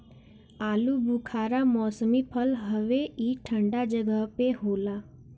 आलूबुखारा मौसमी फल हवे ई ठंडा जगही पे होला